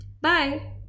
Bye